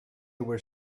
were